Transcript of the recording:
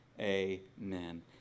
Amen